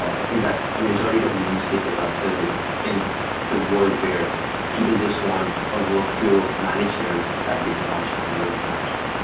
i think that majority of the use cases are still in the world where people just want a workflow manager that they can launch from their own laptop.